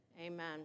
Amen